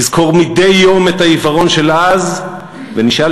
נזכור מדי יום את העיוורון של אז ונשאל